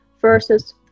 versus